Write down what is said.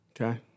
Okay